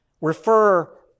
refer